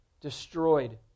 destroyed